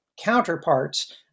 counterparts